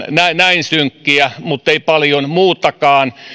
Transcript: näin synkkiä mutta eivät paljon muutakaan